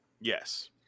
Yes